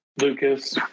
Lucas